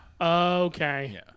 Okay